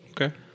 Okay